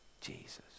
Jesus